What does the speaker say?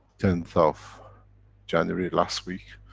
tenth of january last week,